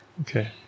Okay